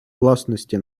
власності